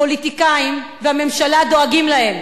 פוליטיקאים והממשלה, דואגים להם.